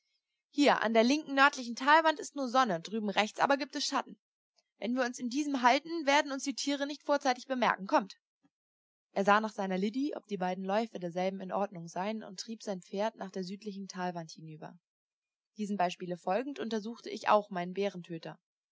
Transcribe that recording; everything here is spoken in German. hier an der linken nördlichen talwand ist nur sonne drüben rechts aber gibt es schatten wenn wir uns in diesem halten werden uns die tiere nicht vorzeitig bemerken kommt er sah nach seiner liddy ob die beiden läufe derselben in ordnung seien und trieb sein pferd nach der südlichen talwand hinüber diesem beispiele folgend untersuchte ich auch meinen